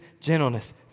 gentleness